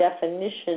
definition